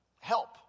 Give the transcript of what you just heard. Help